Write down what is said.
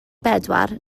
bedwar